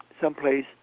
someplace